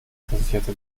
versicherte